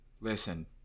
listen